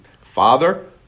father